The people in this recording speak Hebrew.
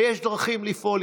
ויש דרכים לפעול,